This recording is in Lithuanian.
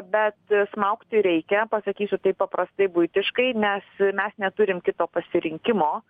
bet smaugti reikia pasakysiu taip paprastai buitiškai nes mes neturim kito pasirinkimo